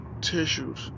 tissues